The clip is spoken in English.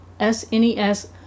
SNES